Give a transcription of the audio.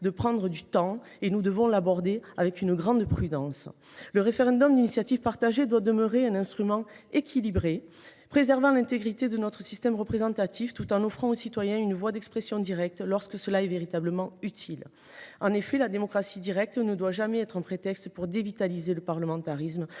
prendre le temps d’aborder tous ces sujets avec une grande prudence. Le référendum d’initiative partagée doit demeurer un instrument équilibré, qui préserve l’intégrité de notre système représentatif tout en offrant aux citoyens une voie d’expression directe lorsque c’est véritablement utile. En effet, la démocratie directe ne doit jamais servir de prétexte à une dévitalisation du parlementarisme,